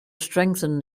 strengthened